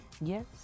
Yes